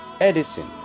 Edison